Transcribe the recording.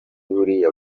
buriya